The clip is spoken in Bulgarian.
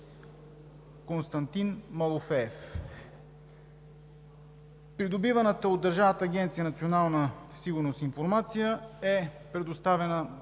Константин Малофеев. Придобиваната от Държавна агенция „Национална сигурност“ информация е предоставена